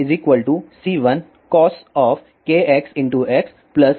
तो X C1cos kxx C2sin⁡